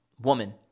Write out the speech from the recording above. woman